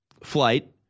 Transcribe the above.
flight